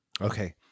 Okay